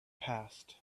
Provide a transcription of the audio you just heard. passed